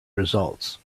results